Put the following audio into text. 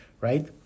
right